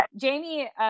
Jamie